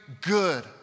good